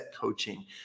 coaching